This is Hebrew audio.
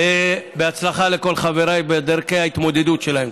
ובהצלחה לכל חבריי בדרכי ההתמודדות שלהם.